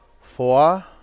four